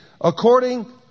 according